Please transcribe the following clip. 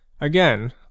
Again